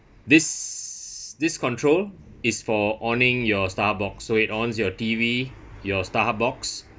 this this control is for on-ing your star box so it ons your T_V your Starhub box